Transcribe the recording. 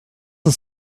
ist